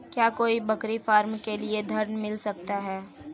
क्या कोई बकरी फार्म के लिए ऋण मिल सकता है?